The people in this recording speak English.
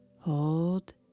hold